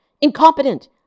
incompetent